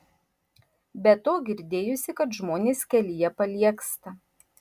be to girdėjusi kad žmonės kelyje paliegsta